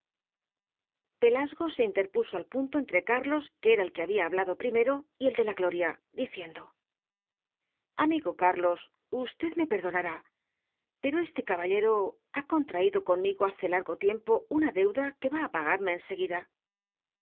pelasgo se interpuso al punto entre carlos que era el que había hablado primero y el de la gloria diciendo amigo carlos usted me perdonará pero este caballero ha contraído conmigo hace largo tiempo una deuda que va á pagarme en seguida